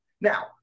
Now